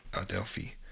Adelphi